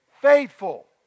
faithful